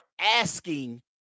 asking